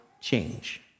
change